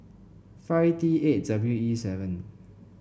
five T eight W E seven